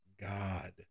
God